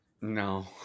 No